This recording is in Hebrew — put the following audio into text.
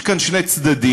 יש כאן שני צדדים,